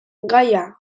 gaia